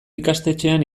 ikastetxean